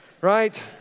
right